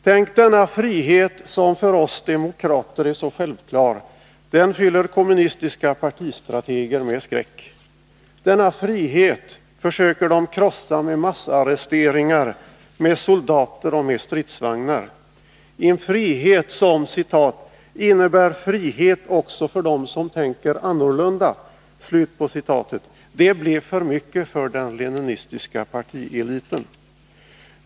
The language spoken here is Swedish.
Tänk att denna frihet, som för oss demokrater är så självklar, fyller kommunistiska partistrateger med skräck. Denna frihet försöker de krossa med massarresteringar, med soldater och med stridsvagnar. Denna frihet som ”innebär frihet också för dem som tänker annorlunda” blir för mycket för den leninistiska partieliten.